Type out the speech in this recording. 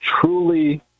truly